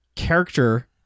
character